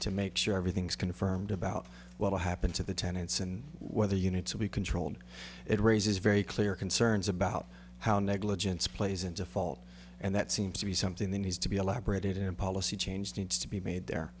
to make sure everything's confirmed about what will happen to the tenants and whether you need to be controlled it raises very clear concerns about how negligence plays into fault and that seems to be something that needs to be elaborated in policy change needs to be made there